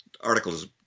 Articles